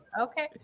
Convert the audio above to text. okay